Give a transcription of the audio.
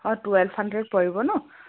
অঁ twelve hundred পৰিব ন